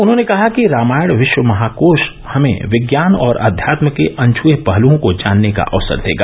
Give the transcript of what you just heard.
उन्होने कहा कि रामायण विश्व महाकोश हमें विज्ञान और आध्यात्म के अनछुए पहलुओं को जानने का अवसर देगा